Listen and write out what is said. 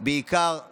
אתה